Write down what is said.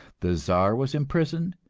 the czar was imprisoned,